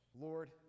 Lord